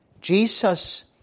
Jesus